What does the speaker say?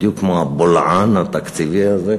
בדיוק כמו הבולען התקציבי הזה,